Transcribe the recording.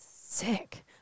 sick